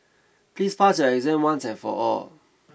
please pass your exam once and for all